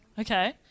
Okay